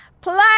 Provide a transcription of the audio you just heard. play